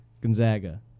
Gonzaga